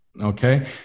Okay